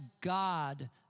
God